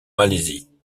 malaisie